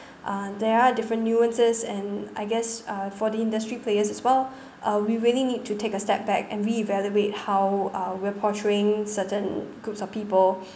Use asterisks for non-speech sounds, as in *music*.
uh there are different nuances and I guess uh for the industry players as well *breath* uh we really need to take a step back and re-evaluate how uh we're portraying certain groups of people